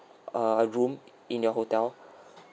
uh room in your hotel